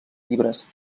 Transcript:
llibres